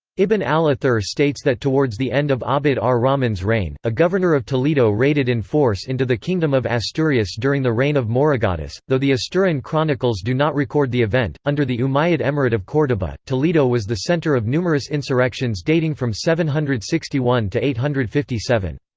ibn al-athir states that towards the end of abd ah ar-rahman's reign, a governor of toledo raided in force into the kingdom of asturias during the reign of mauregatus, though the asturian chronicles do not record the event under the umayyad emirate of cordoba, toledo was the centre of numerous insurrections dating from seven hundred and sixty one to eight hundred and fifty seven.